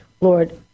Lord